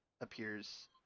appears